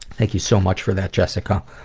thank you so much for that jessica.